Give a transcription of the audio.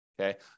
okay